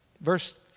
Verse